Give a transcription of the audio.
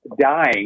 dying